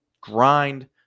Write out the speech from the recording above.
grind